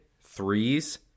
threes